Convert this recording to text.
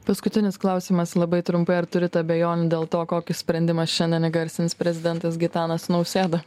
paskutinis klausimas labai trumpai ar turit abejonių dėl to kokį sprendimą šiandien įgarsins prezidentas gitanas nausėda